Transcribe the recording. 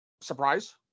surprise